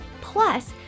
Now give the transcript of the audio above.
Plus